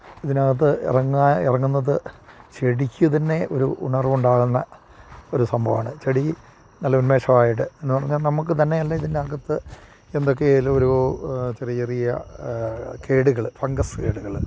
ഇതിനകത്ത് ഇറങ്ങാൻ ഇറങ്ങുന്നത് ചെടിക്ക് തന്നെ ഒരു ഉണർവ് ഉണ്ടാകുന്ന ഒരു സംഭവമാണ് ചെടി നല്ല ഉന്മേഷമായിട്ട് എന്നു പറഞ്ഞാൽ നമുക്ക് തന്നെ അല്ല ഇതിൻ്റെ അകത്ത് എന്തൊക്കെ ആയാലും ഒരു ചെറിയ ചെറിയ കേടുകൾ ഫംഗസ് കേടുകൾ